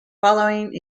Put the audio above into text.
following